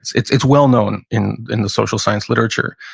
it's it's well-known in in the social science literature.